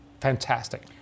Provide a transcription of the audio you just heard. Fantastic